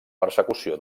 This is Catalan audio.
persecució